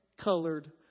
colored